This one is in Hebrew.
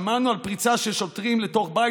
שמענו על פריצה של שוטרים לתוך בית